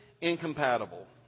incompatible